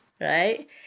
right